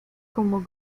como